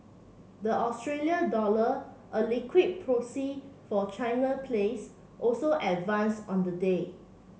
the Australia dollar a liquid proxy for China plays also advanced on the day